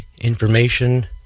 information